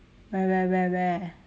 where where where where